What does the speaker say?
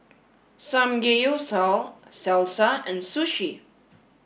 Samgeyopsal Salsa and Sushi